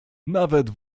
nawet